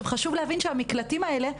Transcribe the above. חשוב לזכור שהמקלטים האלה,